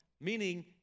meaning